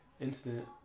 instant